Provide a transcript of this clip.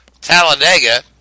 Talladega